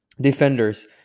defenders